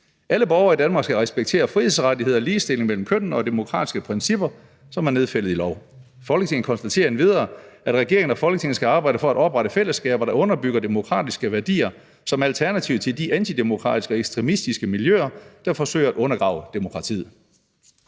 Alle borgere i Danmark skal respektere frihedsrettigheder, ligestilling mellem kønnene og demokratiske principper, som er nedfældet i lov. Folketinget konstaterer endvidere, at regeringen og Folketinget skal arbejde for at oprette fællesskaber, der underbygger demokratiske værdier som alternativ til de antidemokratiske og ekstremistiske miljøer, der forsøger at undergrave demokratiet«.